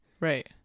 Right